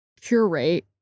curate